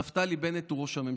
נפתלי בנט הוא ראש הממשלה.